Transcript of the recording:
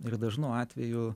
ir dažnu atveju